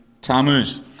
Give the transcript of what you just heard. Tammuz